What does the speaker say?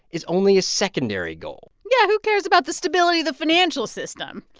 is only a secondary goal yeah, who cares about the stability the financial system?